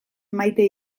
maite